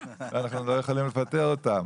אז אנחנו לא יכולים לפטר אותם".